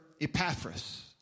Epaphras